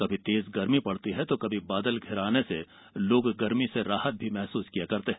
कभी तेज गर्मी पड़ती है तो कभी बादल घिर आने से लोग गर्मी से राहत महसूस करने लगते हैं